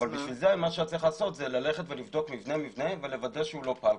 בשביל זה היה צורך ללכת לבדוק מבנה מבנה ולוודא שהוא לא פלקל.